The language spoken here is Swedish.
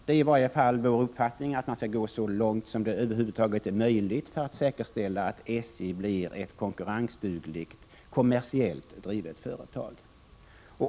Det är i varje fall vår uppfattning att man skall gå så långt som det över huvud taget är möjligt för att säkerställa att SJ blir ett konkurrensdugligt, kommersiellt drivet företag.